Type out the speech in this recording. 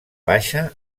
baixa